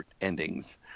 endings